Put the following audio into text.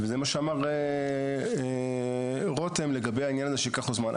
וזה מה שאמר רותם לגבי העניין שייקח עוד זמן.